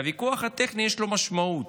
והוויכוח הטכני, יש לו משמעות,